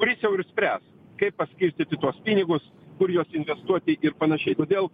kuris jau ir spręs kaip paskirstyti tuos pinigus kur juos investuoti ir panašiai todėl